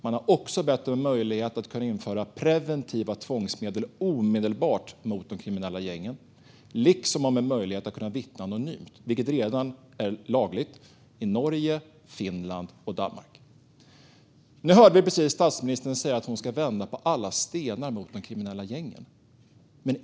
Man har också efterfrågat möjligheten att omedelbart införa preventiva tvångsmedel mot de kriminella gängen liksom möjligheten att vittna anonymt - något som redan är lagligt i Norge, Finland och Danmark. Vi hörde just statsministern säga att hon ska vända på alla stenar i arbetet mot de kriminella gängen.